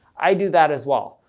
i do that as well.